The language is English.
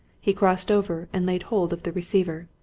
he crossed over and laid hold of the receiver.